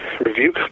review